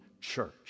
church